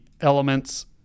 elements